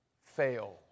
fail